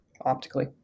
optically